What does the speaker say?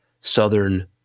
Southern